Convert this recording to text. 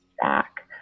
back